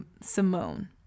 Simone